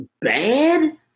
bad